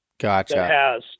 Gotcha